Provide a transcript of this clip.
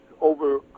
over